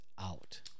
out